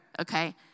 Okay